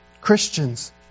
Christians